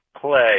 play